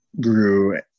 grew